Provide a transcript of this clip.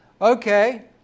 Okay